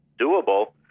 doable